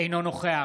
אינו נוכח